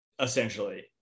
essentially